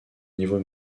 niveau